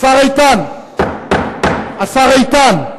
השר איתן, השר איתן,